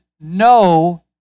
no